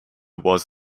was